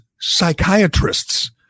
psychiatrists